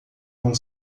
não